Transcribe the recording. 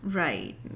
right